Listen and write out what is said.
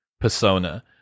persona